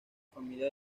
familia